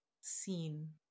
seen